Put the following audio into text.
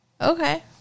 Okay